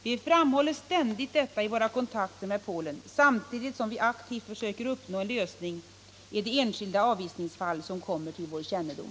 Vi framhåller ständigt detta i våra kontakter med Polen, samtidigt som vi aktivt försöker uppnå en lösning i de enskilda avvisningsfall som kommer till vår kännedom.